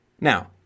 Now